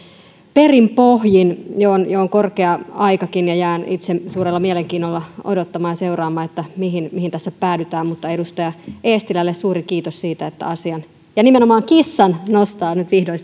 perin pohjin jo on korkea aikakin ja jään itse suurella mielenkiinnolla odottamaan ja seuraamaan mihin mihin tässä päädytään edustaja eestilälle suuri kiitos siitä että asian ja nimenomaan kissan nostaa nyt vihdoin